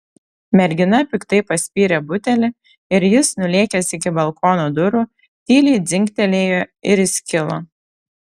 mergina piktai paspyrė butelį ir jis nulėkęs iki balkono durų tyliai dzingtelėjo ir įskilo